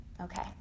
Okay